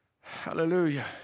Hallelujah